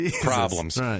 problems